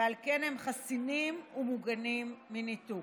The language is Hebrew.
ועל כן הם חסינים ומוגנים מניתוק.